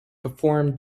perform